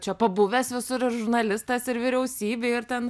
čia pabuvęs visur ir žurnalistas ir vyriausybėj ir ten